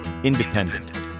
Independent